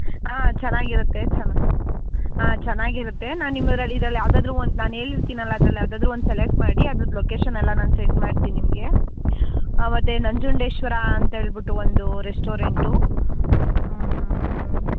ಹಾಂ ಚೆನ್ನಾಗಿರುತ್ತೆ ಚೆನ್ನಾಗಿ ಹಾಂ ಚೆನ್ನಾಗಿರುತ್ತೆ ನಾನು ನಿಮ್ಮದರಲ್ಲಿ ಇದರಲ್ಲಿ ಯಾವುದಾದರೂ ಒಂದು ನಾನು ಹೇಳಿರ್ತೀನಲ್ಲ ಅದರಲ್ಲಿ ಯಾವುದಾದರೂ ಒಂದು ಸೆಲೆಕ್ಟ್ ಮಾಡಿ ಅದರದ್ದು ಲೊಕೇಶನ್ ಎಲ್ಲ ನಾನು ಸೆಂಡ್ ಮಾಡ್ತೀನಿ ನಿಮಗೆ ಮತ್ತೆ ನಂಜುಂಡೇಶ್ವರ ಅಂತ ಹೇಳಿಬಿಟ್ಟು ಒಂದು ರೆಸ್ಟೋರೆಂಟ್